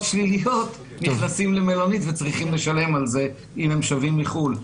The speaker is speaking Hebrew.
שליליות נכנסים למלונית וצריכים לשלם על זה אם הם שבים מחו"ל.